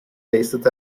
wasted